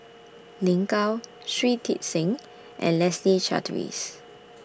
Lin Gao Shui Tit Sing and Leslie Charteris